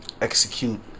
execute